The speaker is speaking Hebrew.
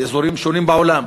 באזורים שונים בעולם,